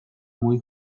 muy